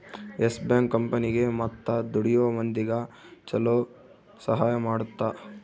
S Bank ಕಂಪನಿಗೇ ಮತ್ತ ದುಡಿಯೋ ಮಂದಿಗ ಚೊಲೊ ಸಹಾಯ ಮಾಡುತ್ತ